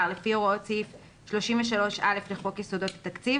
לפי הוראות סעיף 33(א) לחוק יסודות התקציב